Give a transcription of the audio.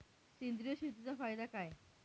सेंद्रिय शेतीचा फायदा काय?